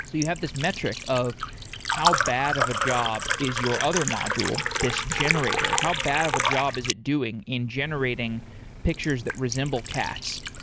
so you have this metric of how bad of a job is your other module, this generator. how bad of a job is it doing in generating pictures that resemble cats?